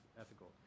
ethical